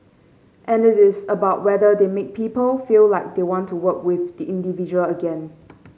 and it is about whether they make people feel like they want to work with the individual again